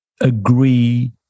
agree